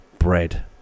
bread